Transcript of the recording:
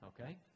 Okay